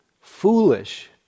foolish